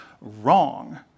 wrong